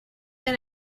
del